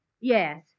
Yes